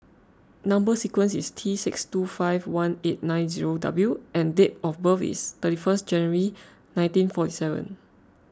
Number Sequence is T six two five one eight nine zero W and date of birth is thirty first January nineteen forty seven